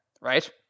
right